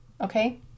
Okay